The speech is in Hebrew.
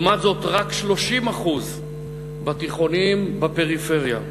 ולעומת זאת רק 30% מהתיכונים בפריפריה.